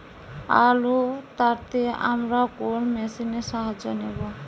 আলু তাড়তে আমরা কোন মেশিনের সাহায্য নেব?